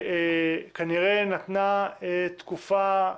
שכנראה נתנה תקופה,